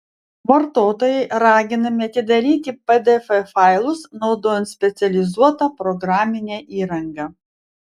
vartotojai raginami atidaryti pdf failus naudojant specializuotą programinę įrangą